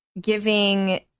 giving